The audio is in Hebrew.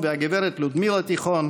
באחד מחוקי-היסוד שנמצאים.